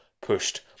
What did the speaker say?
pushed